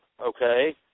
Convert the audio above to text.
okay